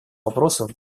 вопросов